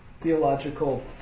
theological